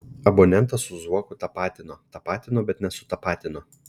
abonentą su zuoku tapatino tapatino bet nesutapatino